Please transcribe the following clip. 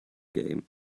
game